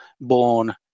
born